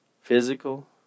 physical